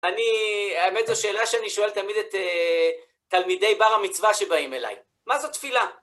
אני... האמת, זו שאלה שאני שואל תמיד את תלמידי בר המצווה שבאים אליי. מה זאת תפילה?